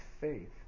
faith